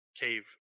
cave